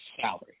salary